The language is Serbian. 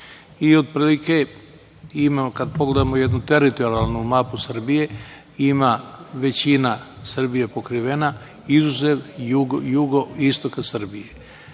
Otprilike, kad pogledamo jednu teritorijalnu mapu Srbije, ima većina Srbije pokrivena, izuzev jugoistok Srbije. Sada,